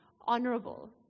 honorable